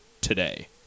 today